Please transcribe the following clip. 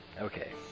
Okay